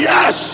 Yes